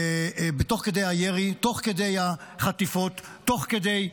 תוך כדי הירי, תוך כדי החטיפות, תוך כדי האש.